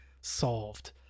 solved